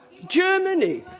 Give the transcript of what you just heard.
germany.